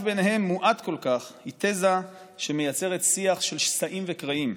ביניהן מועט כל כך היא תזה שמייצרת שיח של שסעים וקרעים,